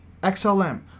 xlm